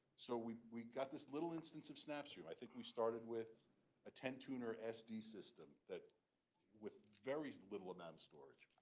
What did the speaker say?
so we've we've got this little instance of snapstream. i think we started with a ten tuner sd system that with very little amount of storage.